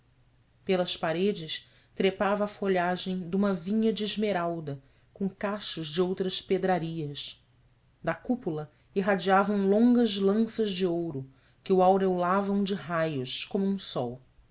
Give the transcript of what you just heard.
pelas paredes trepava a folhagem de uma vinha de esmeralda com cachos de outras pedrarias da cúpula irradiavam longas lanças de ouro que o aureolavam de raios como um sol